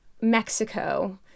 Mexico